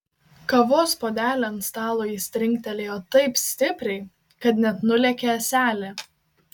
kavos puodelį ant stalo jis trinktelėjo taip stipriai kad net nulėkė ąselė